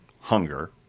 hunger